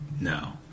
No